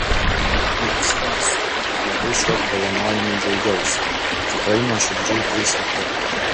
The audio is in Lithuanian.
net neapsimesiu kad labai šiuo apdovanojimu džiaugiausi tikrai nuoširdžiai tai sakau